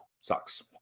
sucks